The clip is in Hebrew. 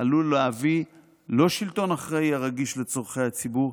עלול להביא לא שלטון אחראי הרגיש לצורכי הציבור,